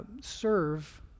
Serve